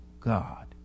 God